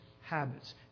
habits